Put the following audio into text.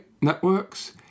networks